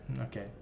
okay